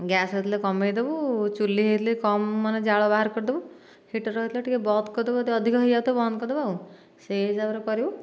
gas ହୋଇଥିଲେ କମେଇଦେବୁ ଚୁଲି ହୋଇଥିଲେ କମ ମାନେ ଜାଳ ବାହାର କରିଦେବୁ ହିଟର ହୋଇଥିଲେ ଟିକିଏ ବନ୍ଦ କରିଦେବୁ ଯଦି ଅଧିକ ହୋଇଯାଇଥିବ ବନ୍ଦ କରିଦେବୁ ଆଉ ସେହି ହିସାବରେ କରିବୁ